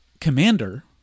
Commander